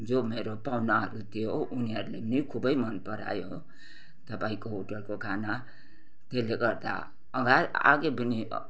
जो मेरो पाउनाहरू थियो उनीहरूले पनि खुबै मन परायो तपाईँको होटेलको खाना त्यसले गर्दा अगा आगे पनि